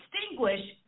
distinguish